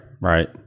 Right